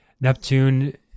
Neptune